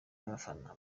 y’abafana